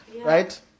right